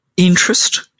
Interest